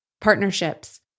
partnerships